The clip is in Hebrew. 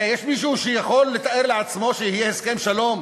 הרי יש מישהו שיכול לתאר לעצמו שיהיה הסכם שלום